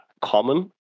common